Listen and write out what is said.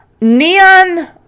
neon